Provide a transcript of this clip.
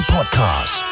Podcast